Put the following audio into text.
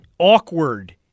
Awkward